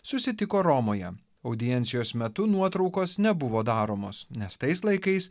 susitiko romoje audiencijos metu nuotraukos nebuvo daromos nes tais laikais